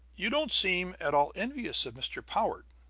you don't seem at all envious of mr. powart,